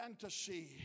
fantasy